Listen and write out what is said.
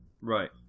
Right